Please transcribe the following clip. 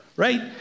Right